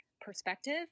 perspective